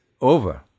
over